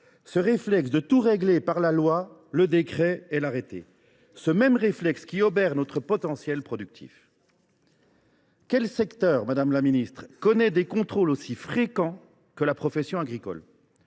ce réflexe de tout régler par la loi, le décret et l’arrêté, ce même réflexe qui obère notre potentiel productif. Quel secteur, madame la ministre, connaît des contrôles aussi fréquents que la profession agricole ?